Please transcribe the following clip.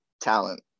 Talent